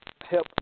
help